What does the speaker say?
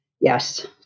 Yes